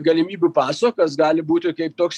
galimybių paso kas gali būti kaip toks